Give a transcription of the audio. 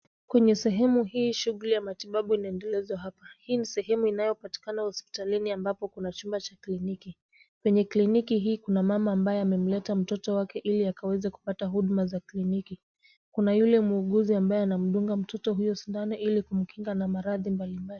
Kwenye sehemu hii shughuli ya matibabu inaendelezwa hapa. Hii ni sehemu inayopatikana hospitalini ambapo kuna chumba cha kliniki. Kwenye kliniki hii kuna mama ambaye amemleta mtoto wake ili akaweze kupata huduma za kliniki. Kuna yule muuguzi ambaye anamdunga mtoto huyu sindano ili kumkinga na maradhi mbali mbali.